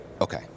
Okay